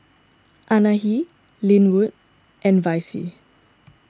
Anahi Linwood and Vicie